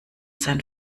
sein